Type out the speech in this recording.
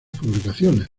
publicaciones